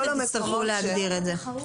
--- לא,